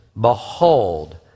Behold